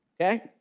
okay